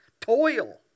Toil